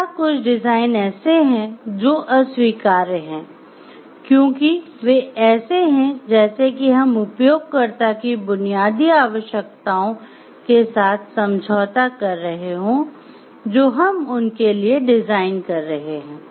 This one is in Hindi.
तीसरा कुछ डिज़ाइन ऐसे हैं जो अस्वीकार्य हैं क्योंकि वे ऐसे है जैसे कि हम उपयोगकर्ता की बुनियादी आवश्यकताओं कर रहे हों जो हम उनके लिए डिज़ाइन कर रहे हैं